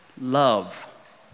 love